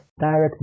direct